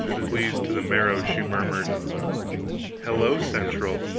pleased to the marrow, she murmured hello-central!